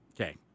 Okay